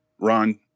ron